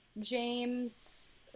James